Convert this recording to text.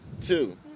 Two